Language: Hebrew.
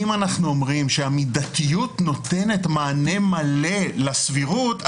אם אנחנו אומרים שהמידתיות נותנת מענה מלא לסבירות,